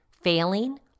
Failing